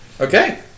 Okay